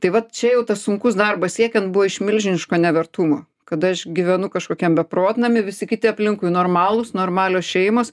tai vat čia jau tas sunkus darbas siekiant buvo iš milžiniško nevertumo kada aš gyvenu kažkokiam beprotnamy visi kiti aplinkui normalūs normalios šeimos